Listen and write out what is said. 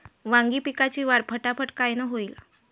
वांगी पिकाची वाढ फटाफट कायनं होईल?